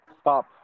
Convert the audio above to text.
stop